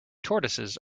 tortoises